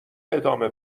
ادامه